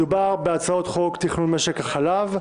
מדובר בהצעות חוק תכנון משק החלב,